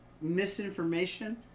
misinformation